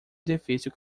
difícil